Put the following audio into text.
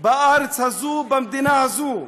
בארץ הזאת, במדינה הזאת,